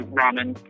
ramen